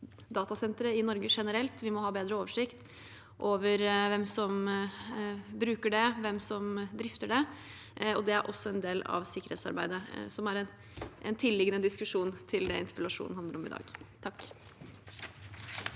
datasentre i Norge generelt. Vi må ha bedre oversikt over hvem som bruker det, og hvem som drifter det. Det er også en del av sikkerhetsarbeidet, som er en tilliggende diskusjon til det interpellasjonen i dag